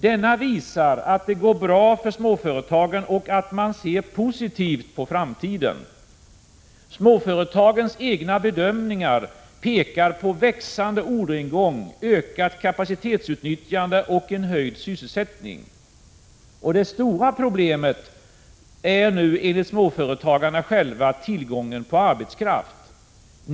Denna visar att det går bra för småföretagen och att de ser positivt på framtiden. Småföretagens egna bedömningar pekar på växande orderingång, ökat kapacitetsutnyttjande och en höjd sysselsättning. Det stora problemet är nu enligt småföretagarna själva tillgången till arbetskraft.